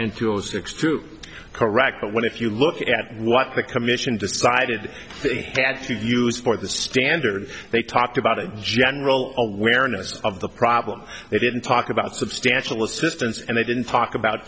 fuel six through correct but when if you look at what the commission decided they had to use for the standard they talked about it general awareness of the problem they didn't talk about substantial assistance and they didn't talk about